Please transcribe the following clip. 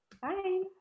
Bye